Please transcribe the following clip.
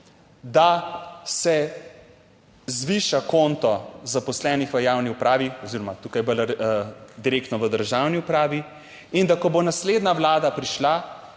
da se zviša konto zaposlenih v javni upravi oziroma tukaj bolj direktno, v državni upravi in da, ko bo naslednja Vlada prišla,